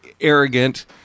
arrogant